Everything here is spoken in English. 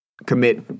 commit